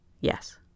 Yes